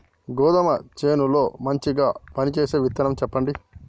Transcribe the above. గోధుమ చేను లో మంచిగా పనిచేసే విత్తనం చెప్పండి?